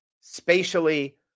spatially